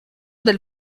del